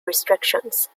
restrictions